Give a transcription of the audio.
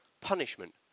punishment